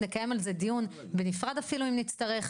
נקיים על זה דיון בנפרד אפילו אם נצטרך.